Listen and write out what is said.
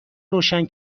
روشن